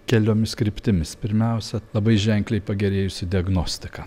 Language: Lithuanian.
keliomis kryptimis pirmiausia labai ženkliai pagerėjusi diagnostika